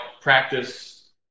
practice